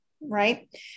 right